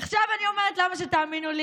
עכשיו אני אומרת, למה שתאמינו לי?